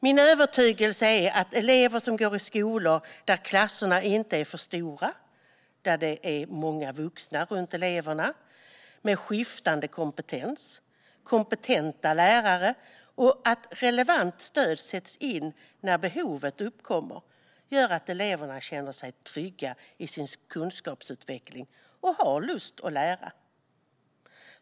Min övertygelse är att elever som går i skolor där klasserna inte är för stora, där det är många vuxna med skiftande kompetens runt eleverna, där det är kompetenta lärare och där relevant stöd sätts in när behovet uppkommer känner sig trygga i sin kunskapsutveckling och har lust att lära.